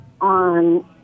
on